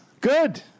good